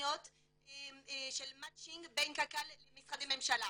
התכניות של מצ'ינג בין קק"ל למשרדי ממשלה.